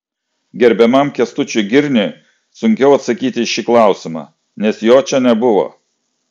gerbiamam kęstučiui girniui sunkiau atsakyti į šį klausimą nes jo čia nebuvo